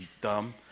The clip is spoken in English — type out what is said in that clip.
dumb